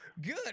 Good